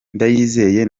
ndayizeye